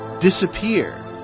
disappear